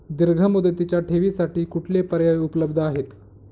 दीर्घ मुदतीच्या ठेवींसाठी कुठले पर्याय उपलब्ध आहेत?